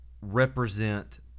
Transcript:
represent